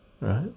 right